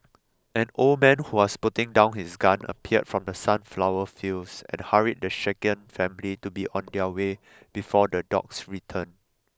an old man who was putting down his gun appeared from the sunflower fields and hurried the shaken family to be on their way before the dogs return